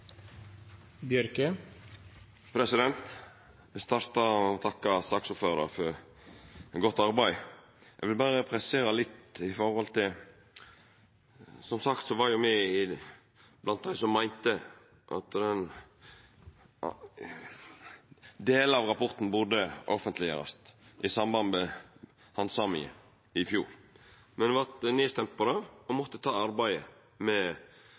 vil starta med å takka saksordføraren for godt arbeid. Eg vil berre presisera litt: Som sagt var me blant dei som meinte at delar av rapporten burde ha vore offentleggjorde i samband med handsaminga i fjor. Men me vart stemde ned når det gjaldt det, og me måtte ta arbeidet med